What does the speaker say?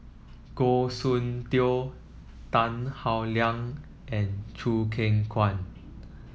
Goh Soon Tioe Tan Howe Liang and Choo Keng Kwang